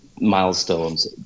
milestones